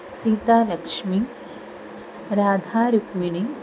Sitalakshmi Radharukmini